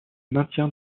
maintien